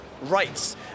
rights